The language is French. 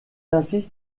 ainsi